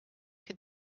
can